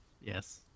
yes